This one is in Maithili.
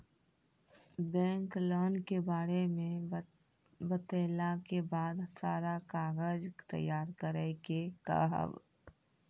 बैंक लोन के बारे मे बतेला के बाद सारा कागज तैयार करे के कहब?